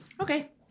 okay